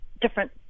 different